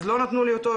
אז לא נתנו לי אותו,